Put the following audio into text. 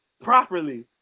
properly